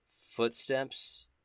footsteps